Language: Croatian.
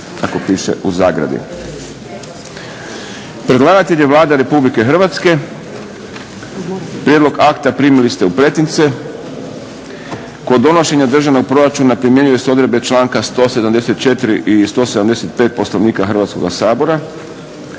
konsolidirano, Predlagatelj je Vlada RH. Prijedlog akta primili ste u pretince. Kod donošenja državnog proračuna primjenjuju se odredbe članka 174. i 175. Poslovnika Hrvatskoga sabora.